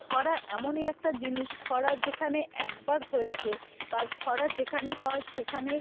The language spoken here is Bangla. খরা এমনই একটা জিনিস খরা যেখানে একবার হয়েছে বা খরা যেখানে হয় সেখানে